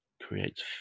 creates